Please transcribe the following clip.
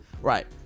right